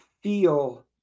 feel